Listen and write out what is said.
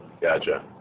gotcha